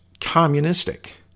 communistic